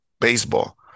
baseball